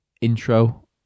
intro